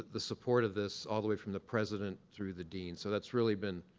the support of this, all the way from the president through the dean. so that's really been